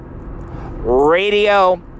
radio